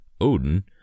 Odin